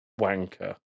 wanker